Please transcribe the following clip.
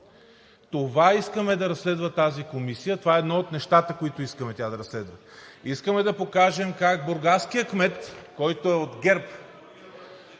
Това искаме да разследва тази комисия. Това е едно от нещата, които искаме тя да разследва. Искаме да покажем как бургаският кмет, който е от ГЕРБ,